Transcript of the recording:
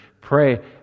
pray